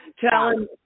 Challenge